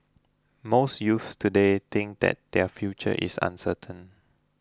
most youths today think that their future is uncertain